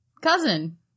cousin